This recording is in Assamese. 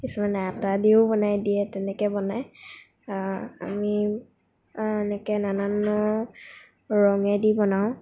কিছুমানে আটা দিও বনাই দিয়ে তেনেকৈ বনায় আমি এনেকৈ নানানৰ ৰঙে দি বনাওঁ